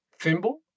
Thimble